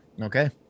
Okay